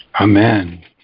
Amen